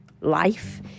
life